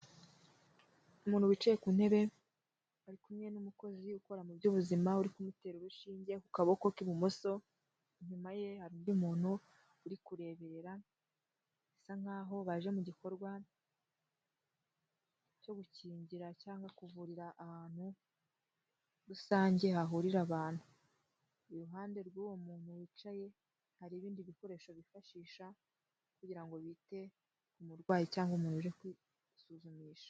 Umuntu wicaye ku ntebe, ari kumwe n'umukozi ukora mu by'ubuzima uri kumutera urushinge ku kaboko k'ibumoso, inyuma ye hari undi muntu uri kurebera, bisa nkaho baje mu gikorwa cyo gukingira cyangwa kuvurira ahantu rusange hahurira abantu, iruhande rw'uwo muntu wicaye, hari ibindi bikoresho bifashisha kugira ngo bite ku murwayi cyangwa umuntu uri kwisuzumisha.